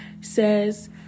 says